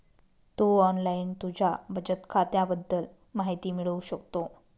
तू online तुझ्या बचत खात्याबद्दल माहिती मिळवू शकतो